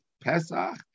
Pesach